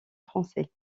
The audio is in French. français